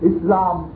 Islam